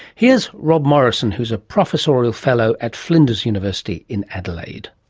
here's rob morrison, who's a professorial fellow at flinders university in adelaide.